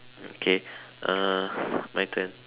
okay uh my turn